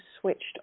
switched